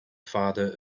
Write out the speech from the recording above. father